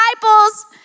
disciples